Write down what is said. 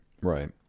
Right